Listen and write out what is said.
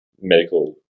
medical